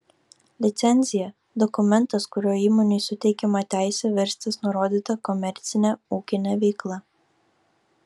licencija dokumentas kuriuo įmonei suteikiama teisė verstis nurodyta komercine ūkine veikla